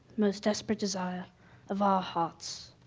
most desperate desire of our hearts.